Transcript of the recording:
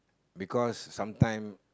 because sometime